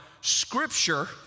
Scripture